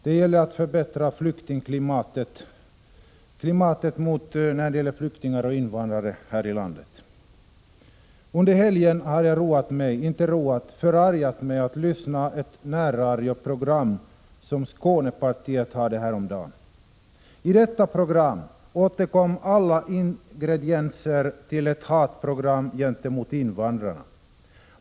Den handlar om att förbättra klimatet för flyktingar och invandrare här i landet. Under helgen har jag roat mig— ja, egentligen inte roat utan förargat mig — med att lyssna på ett närradioprogram som Skånepartiet hade häromdagen. I detta program återkom alla ingredienser i ett hatprogram gentemot invandrarna.